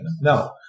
No